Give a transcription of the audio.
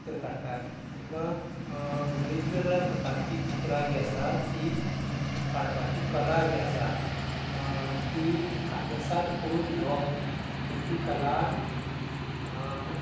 चित्र काडटात किंवां वेगवेगळ्यां प्रकारचीं चित्रां जी आसात ती काडपाची कला जी आसा ती आत्मसाद करून घेवप आनी ती कला